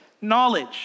knowledge